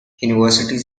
universities